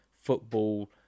football